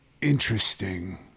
interesting